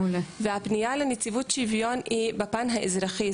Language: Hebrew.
והפנייה לנציבות שוויון היא בפן האזרחי.